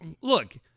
look